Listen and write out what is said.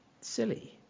silly